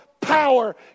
power